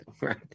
right